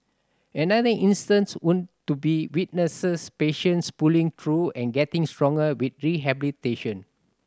another instance would to be witnesses patients pulling through and getting stronger with rehabilitation